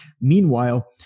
Meanwhile